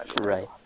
right